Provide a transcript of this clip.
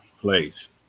place